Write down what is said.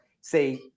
say